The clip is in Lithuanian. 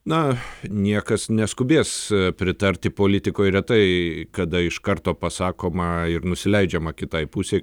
na niekas neskubės pritarti politikoj retai kada iš karto pasakoma ir nusileidžiama kitai pusei